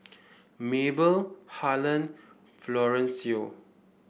Mabel Harland and Florencio